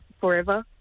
forever